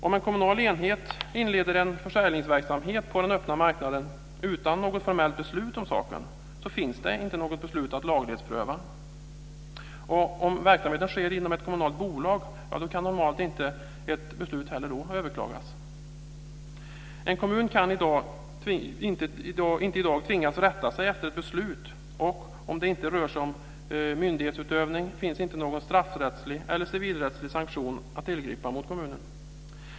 Om en kommunal enhet inleder en försäljningsverksamhet på den öppna marknaden utan något formellt beslut om saken, finns det inte något beslut att laglighetspröva. Om verksamheten sker inom ett kommunalt bolag kan normalt inte ett beslut överklagas. En kommun kan inte i dag tvingas att rätta sig efter ett beslut, och om det inte rör sig om myndighetsutövning finns inte någon straffrättslig eller civilrättslig sanktion att tillgripa mot kommunen.